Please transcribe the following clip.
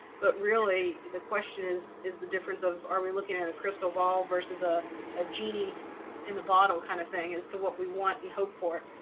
but really, the question is, the difference of are we looking at a crystal ball versus ah a genie in the bottle kind of thing as to what we want and hope for?